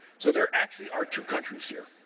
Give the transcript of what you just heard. so there actually are two countries here.